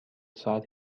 ساعت